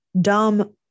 dumb